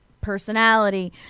personality